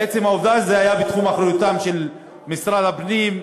עצם העובדה שזה היה בתחום אחריותו של משרד הפנים,